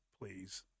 please